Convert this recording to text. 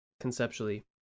conceptually